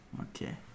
Okay